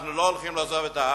אנחנו לא הולכים לעזוב את הארץ.